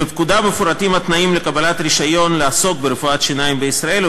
בפקודה מפורטים התנאים לקבלת רישיון לעסוק ברפואת שיניים בישראל,